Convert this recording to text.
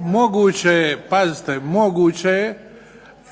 (HDZ)** Pazite, moguće je